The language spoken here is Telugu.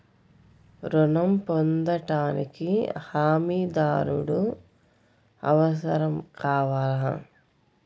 ఋణం పొందటానికి హమీదారుడు అవసరం కావాలా?